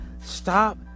Stop